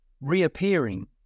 reappearing